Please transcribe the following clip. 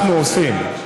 אנחנו עושים,